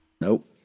Nope